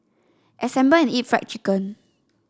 assemble and eat fried chicken